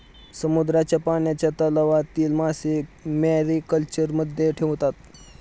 समुद्राच्या पाण्याच्या तलावातील मासे मॅरीकल्चरमध्ये ठेवतात